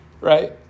right